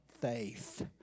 faith